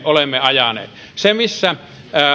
olemme ajaneet se missä